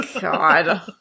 God